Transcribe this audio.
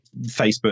Facebook